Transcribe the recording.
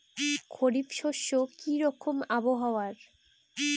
খরিফ শস্যে কি রকম আবহাওয়ার?